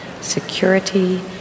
security